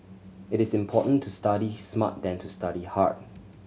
it is important to study smart than to study hard